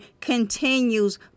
continues